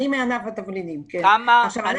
התבלינים?